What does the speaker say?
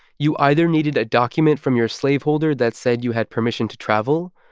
you either needed a document from your slaveholder that said you had permission to travel,